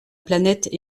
planète